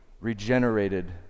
regenerated